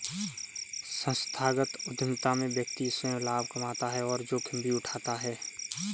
संस्थागत उधमिता में व्यक्ति स्वंय लाभ कमाता है और जोखिम भी उठाता है